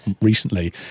recently